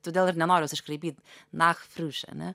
todėl ir nenoriu jos iškraipyt nachfriuš ane